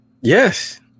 Yes